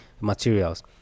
materials